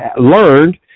learned